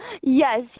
Yes